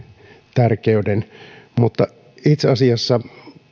tärkeyden mutta itse asiassa